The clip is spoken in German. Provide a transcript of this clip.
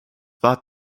war